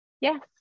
yes